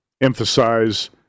emphasize